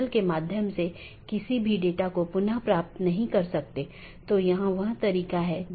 गैर संक्रमणीय में एक और वैकल्पिक है यह मान्यता प्राप्त नहीं है इस लिए इसे अनदेखा किया जा सकता है और दूसरी तरफ प्रेषित नहीं भी किया जा सकता है